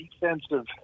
defensive